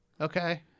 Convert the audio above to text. Okay